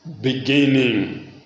beginning